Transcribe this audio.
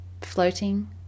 floating